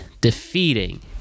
defeating